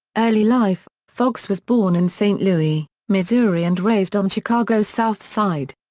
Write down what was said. early life foxx was born in st. louis, missouri and raised on chicago's south side.